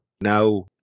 now